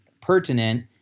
pertinent